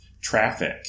traffic